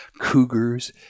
cougars